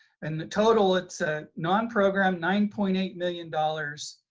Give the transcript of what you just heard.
and total it's ah non program nine point eight million dollars.